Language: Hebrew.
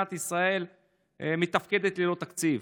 מדינת ישראל מתפקדת ללא תקציב.